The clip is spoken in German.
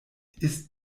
ist